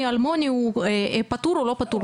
אלמוני הוא פטור או לא פטור בידוד.